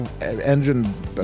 engine